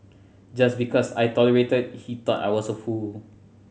just because I tolerated he thought I was a fool